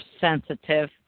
sensitive